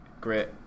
great